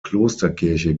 klosterkirche